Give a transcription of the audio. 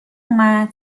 اومد